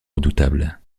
redoutable